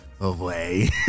away